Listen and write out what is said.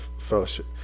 fellowship